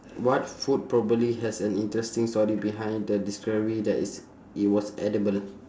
what food probably has an interesting story behind the discovery that it's it was edible